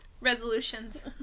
Resolutions